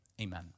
Amen